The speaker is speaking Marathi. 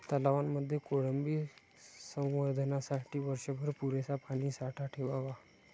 तलावांमध्ये कोळंबी संवर्धनासाठी वर्षभर पुरेसा पाणीसाठा ठेवावा